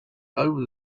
over